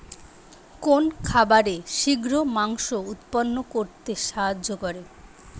কোন খাবারে শিঘ্র মাংস উৎপন্ন করতে সাহায্য করে?